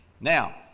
Now